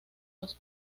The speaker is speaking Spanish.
los